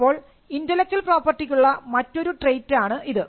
അപ്പോൾ ഇന്റെലക്ച്വൽ പ്രോപ്പർട്ടിക്കുള്ള മറ്റൊരു ട്രെയ്റ്റ് ആണ് ഇത്